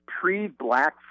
pre-Black